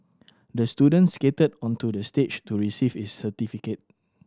the student skated onto the stage to receive his certificate